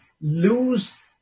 lose